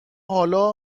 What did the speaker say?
حالا